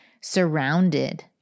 surrounded